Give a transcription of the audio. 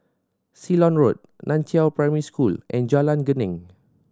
Ceylon Road Nan Chiau Primary School and Jalan Geneng